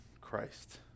Christ